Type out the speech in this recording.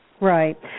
Right